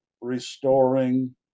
restoring